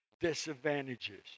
Disadvantages